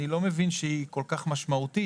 אני לא מבין שהיא כל כך משמעותית,